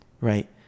right